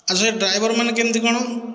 ଆଛା ଡ୍ରାଇଭରମାନେ କେମିତି କଣ